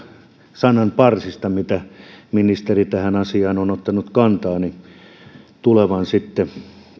sananparsista mitä ministeri tähän asiaan on ottanut kantaa tulevan sitten